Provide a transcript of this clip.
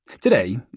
Today